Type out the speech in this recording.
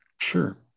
Sure